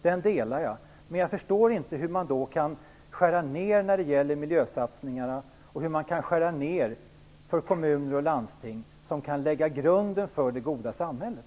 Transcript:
Men jag förstår inte hur man då kan skära ner på miljösatsningar och hur man kan göra nedskärningar för kommuner och landsting som kan lägga grunden för det goda samhället.